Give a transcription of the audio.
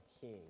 King